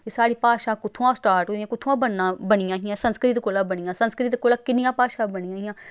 एह् साढ़ी भाशा कु'त्थुआं स्टार्ट होई दियां कु'त्थुआं बनना बनियां हियां संस्कृत कोला बनियां संस्कृत कोला किन्नियां भाशा बनियां हियां